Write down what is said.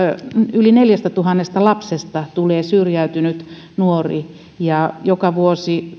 yli neljästätuhannesta lapsesta tulee syrjäytynyt nuori ja joka vuosi